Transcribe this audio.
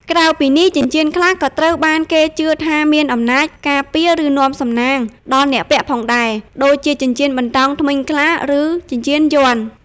ក្រៅពីនេះ ចិញ្ចៀនខ្លះក៏ត្រូវបានគេជឿថាមានអំណាច ការពារ ឬនាំសំណាង ដល់អ្នកពាក់ផងដែរ ដូចជាចិញ្ចៀនបន្តោងធ្មេញខ្លា ឬចិញ្ចៀនយ័ន្ត។